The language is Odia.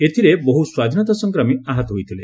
ଏଥିରେ ବହୁ ସ୍ୱାଧୀନତା ସଂଗ୍ରାମୀ ଆହତ ହୋଇଥିଲେ